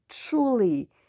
truly